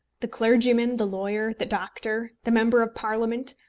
the clergyman, the lawyer, the doctor, the member of parliament,